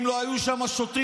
אם לא היו שם שוטרים,